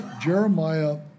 Jeremiah